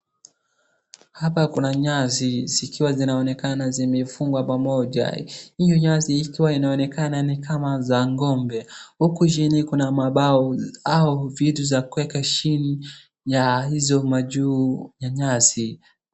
Hapa kuna nyasi zikiwa zinaonekana zimefungwa pamoja. Hiyo nyasi ikiwa inaonekana ni kama za ng'ombe. Huku chini kuna mambao au vitu za kueka chini ya hizo majuu ya nyasi.